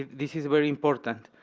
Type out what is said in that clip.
this is very important.